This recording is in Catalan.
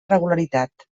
regularitat